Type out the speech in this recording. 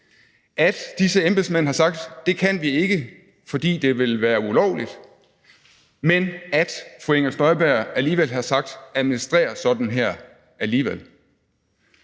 at disse embedsmænd har sagt, at det kunne de ikke, fordi det ville være ulovligt, men at fru Inger Støjberg alligevel har sagt: Administrer sådan her alligevel.